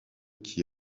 qui